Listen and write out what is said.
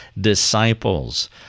disciples